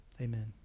Amen